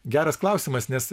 geras klausimas nes